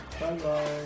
Bye-bye